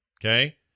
Okay